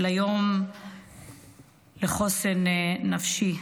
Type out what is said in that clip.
של היום לחוסן הנפשי,